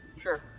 Sure